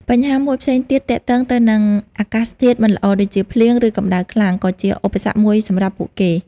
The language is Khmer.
បញ្ហាមួយផ្សេងទៀតទាក់ទងទៅនឹងអាកាសធាតុមិនល្អដូចជា ភ្លៀង ឬកំដៅខ្លាំង ក៏ជាឧបសគ្គមួយសម្រាប់ពួកគេ។